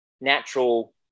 natural